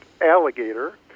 alligator